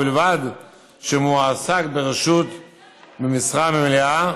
ובלבד שמועסק ברשות במשרה מלאה,